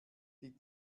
die